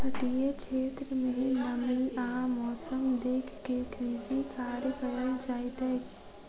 तटीय क्षेत्र में नमी आ मौसम देख के कृषि कार्य कयल जाइत अछि